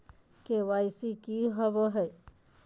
KYC की हॉबे हय?